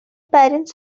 parents